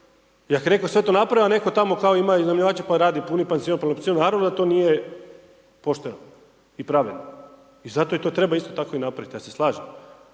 I ako je netko sve to napravio, a netko tamo kao ima iznajmljivača pa radi puni pansion … /ne razumije se/ … onda to nije pošteno i pravedno i zato i to treba isto tako i napraviti ja se slažem.